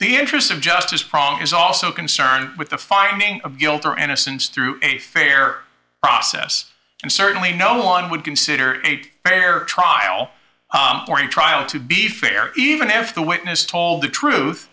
the interest of justice prong is also concerned with the finding of guilt or innocence through a fair process and certainly no one would consider eight fair trial trial to be fair even if the witness told the truth